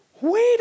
wait